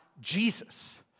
Jesus